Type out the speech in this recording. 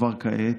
כבר כעת,